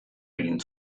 egin